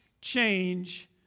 change